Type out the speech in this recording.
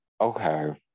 Okay